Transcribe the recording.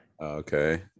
Okay